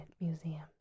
museums